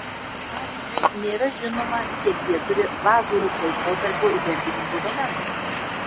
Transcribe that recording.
pavyzdžiui nėra žinoma kiek jie turi vazų laikotarpio herbinių gobelenų